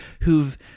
who've